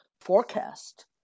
forecast